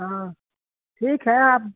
हाँ ठीक है आप